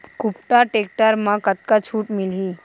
कुबटा टेक्टर म कतका छूट मिलही?